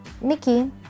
Mickey